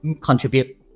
contribute